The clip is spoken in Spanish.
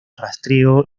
rastreo